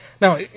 Now